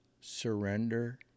surrender